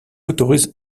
autorise